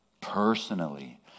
personally